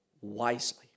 wisely